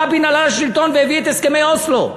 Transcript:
רבין עלה לשלטון והביא את הסכמי אוסלו.